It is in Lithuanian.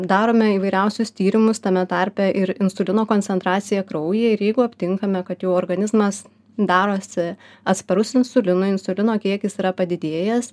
darome įvairiausius tyrimus tame tarpe ir insulino koncentraciją kraujyje ir jeigu aptinkame kad jau organizmas darosi atsparus insulinui insulino kiekis yra padidėjęs